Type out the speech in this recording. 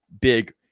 big